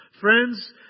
Friends